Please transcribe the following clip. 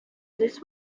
this